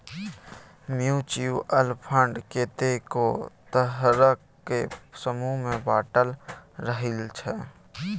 mutual fund कतेको तरहक समूह मे बाँटल रहइ छै